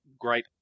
great